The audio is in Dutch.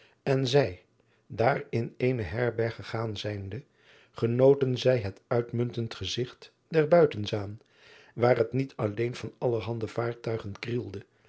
en zij daar in eene berberg gegaan zijnde genoten zij het uitmuntend gezigt der uitenzaan waar het niet alleen van allerhande vaartuigen krielde